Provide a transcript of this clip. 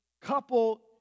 couple